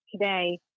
today